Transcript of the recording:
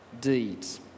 deeds